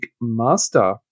Master